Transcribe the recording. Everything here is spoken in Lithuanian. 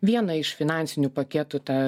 vieną iš finansinių paketų tą